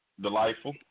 delightful